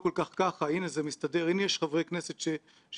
שאני רואה את המאמץ שהבנקים מנסים לעשות בשביל לשלוט